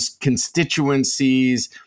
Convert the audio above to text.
constituencies